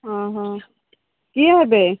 ହଁ ହଁ କିଏ ହେବେ